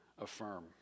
affirm